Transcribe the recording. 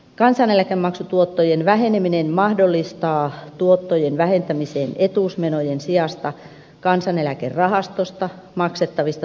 kansaneläkemaksutuottojen väheneminen mahdollistaa tuottojen vähentämisen etuusmenojen sijasta kansaneläkerahastosta maksettavista toimintakuluista